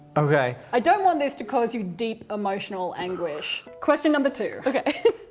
ok. i don't want this to cause you deep emotional anguish. question number two. ok.